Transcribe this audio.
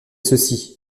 ceci